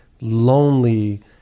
lonely